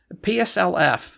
PSLF